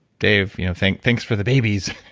dave, you know thanks thanks for the babies.